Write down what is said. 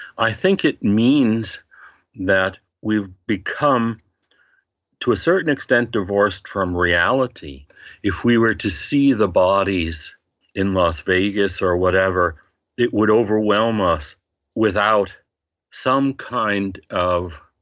i think it means that we've become to a certain extent divorced from reality if we were to see the bodies in las vegas or whatever it would overwhelm us without some kind of